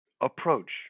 approach